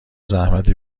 زحمت